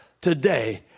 today